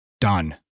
done